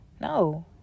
No